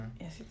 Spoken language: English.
yes